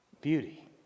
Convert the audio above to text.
beauty